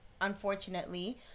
unfortunately